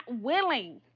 willing